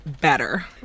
Better